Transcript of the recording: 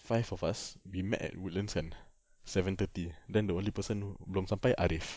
five of us we met at woodlands kan seven thirty then the only person belum sampai arif